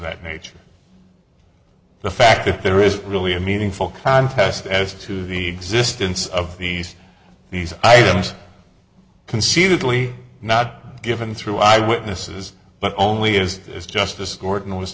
that nature the fact if there is really a meaningful contest as to the existence of these these items concededly not given through eye witnesses but only is this justice gordon was